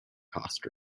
cost